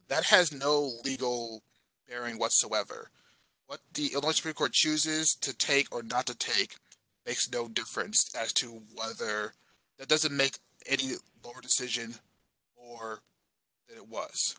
that has no legal bearing whatsoever what the electric or chooses to take or not to take makes no difference as to whether that doesn't make it in the court decision or it was